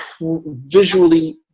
visually